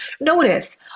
Notice